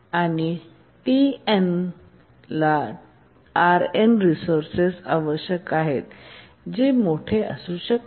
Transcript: आणि Tn ला Rn resources आवश्यक आहे जे मोठे असू शकते